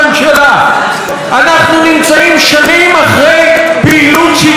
אנחנו נמצאים שנים אחרי פעילות שיטתית של ראש